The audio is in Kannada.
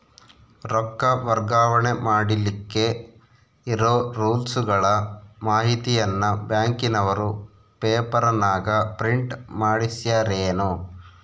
ರೊಕ್ಕ ವರ್ಗಾವಣೆ ಮಾಡಿಲಿಕ್ಕೆ ಇರೋ ರೂಲ್ಸುಗಳ ಮಾಹಿತಿಯನ್ನ ಬ್ಯಾಂಕಿನವರು ಪೇಪರನಾಗ ಪ್ರಿಂಟ್ ಮಾಡಿಸ್ಯಾರೇನು?